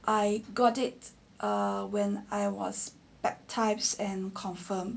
I got it err when I was baptised and confirmed